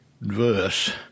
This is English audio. verse